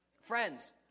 Friends